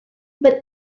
but